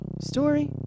story